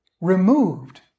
removed